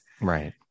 Right